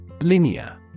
Linear